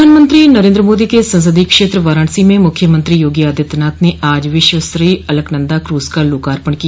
प्रधानमंत्री नरेन्द्र मोदी के संसदीय क्षेत्र वाराणसी में मुख्यमंत्री योगी आदित्यनाथ ने आज विश्वस्तरीय अलकनन्दा क्रूज का लोकार्पण किया